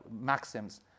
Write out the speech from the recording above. maxims